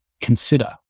consider